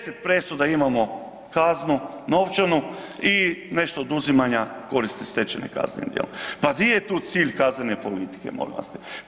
10 presuda imamo kaznu novčanu i nešto oduzimanja koristi stečene kaznenim djelom, pa gdje je tu cilj kaznene politike molim vas lijepo?